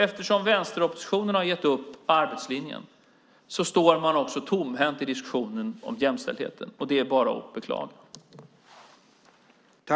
Eftersom vänsteroppositionen gett upp arbetslinjen står man också tomhänt i diskussionen om jämställdhet. Det är bara att beklaga.